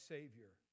Savior